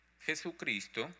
Jesucristo